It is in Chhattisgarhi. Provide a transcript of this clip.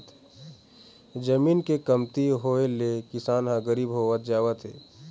जमीन के कमती होए ले किसान ह गरीब होवत जावत हे